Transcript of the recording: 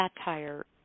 satire